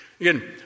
Again